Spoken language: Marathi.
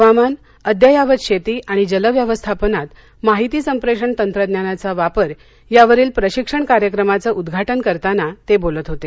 हवामान अद्ययावत शेती आणि जल व्यवस्थापनात माहिती संप्रेषण तंत्रज्ञानाचा वापर यावरील प्रशिक्षण कार्यक्रमाचं उद्घाटन करताना ते बोलत होते